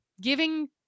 giving